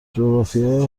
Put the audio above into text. جغرافیای